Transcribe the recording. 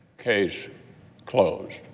case closed.